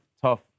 tough